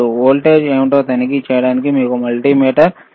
voltage ఏమిటో తనిఖీ చేయడానికి మీకు మల్టీమీటర్ అవసరం